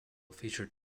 featured